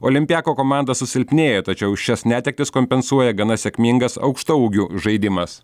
olimpiako komanda susilpnėjo tačiau šias netektis kompensuoja gana sėkmingas aukštaūgių žaidimas